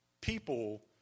people